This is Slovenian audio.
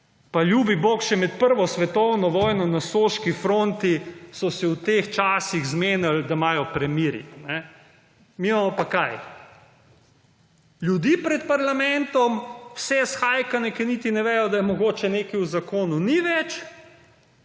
Pa ljubi bog, še med prvo svetovno vojno na Soški fronti, so se v teh časih zmenili, da imajo premirje. Mi imamo pa kaj? Ljudi pred parlamentom, vse »shajkane«, ker niti ne vejo, da mogoče nekaj v zakonu ni več,